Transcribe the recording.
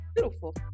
beautiful